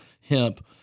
hemp